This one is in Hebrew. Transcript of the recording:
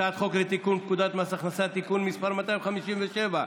הצעת חוק לתיקון פקודת מס הכנסה (תיקון מס' 257),